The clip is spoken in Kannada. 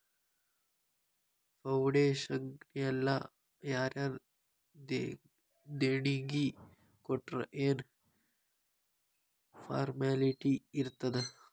ಫೌಡೇಷನ್ನಿಗೆಲ್ಲಾ ಯಾರರ ದೆಣಿಗಿ ಕೊಟ್ರ್ ಯೆನ್ ಫಾರ್ಮ್ಯಾಲಿಟಿ ಇರ್ತಾದ?